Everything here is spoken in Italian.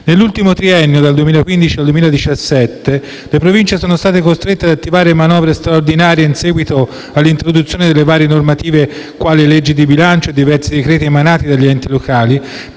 Nell'ultimo triennio, dal 2015 al 2017, le Province sono state costrette ad attivare manovre straordinarie in seguito all'introduzione delle varie normative quali legge di bilancio e diversi decreti emanati dagli enti locali,